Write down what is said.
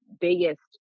biggest